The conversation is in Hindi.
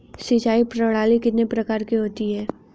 सिंचाई प्रणाली कितने प्रकार की होती हैं?